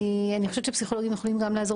אני חושבת שפסיכולוגים גם יכולים לעזור